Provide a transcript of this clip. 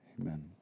amen